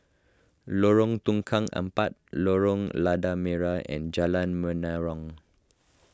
Lorong Tukang Empat Lorong Lada Merah and Jalan Menarong